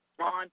Ron